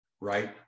right